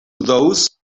those